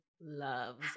loves